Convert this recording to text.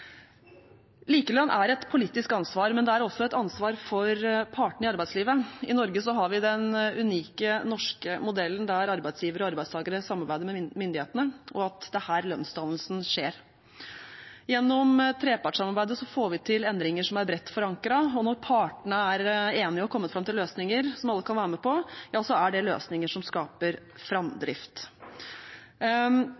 Likelønn er et politisk ansvar, men det er også et ansvar for partene i arbeidslivet. I Norge har vi den unike norske modellen der arbeidsgivere og arbeidstakere samarbeider med myndighetene, og det er her lønnsdannelsen skjer. Gjennom trepartssamarbeidet får vi til endringer som er bredt forankret. Når partene er enige og har kommet fram til løsninger som alle kan være med på, er det løsninger som skaper